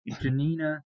Janina